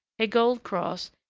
a gold cross,